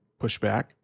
pushback